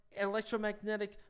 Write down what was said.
electromagnetic